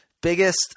Biggest